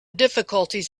difficulties